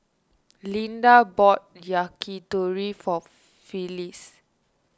Linda bought Yakitori for Phyllis